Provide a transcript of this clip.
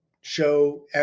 show